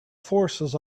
forces